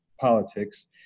politics